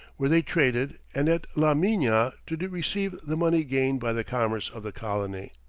where they traded, and at la mina to receive the money gained by the commerce of the colony.